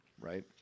Right